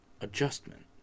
adjustment